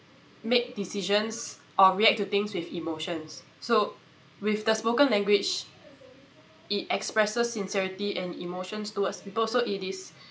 we make decisions or react to things with emotions so with the spoken language it expresses sincerity and emotions towards people so it is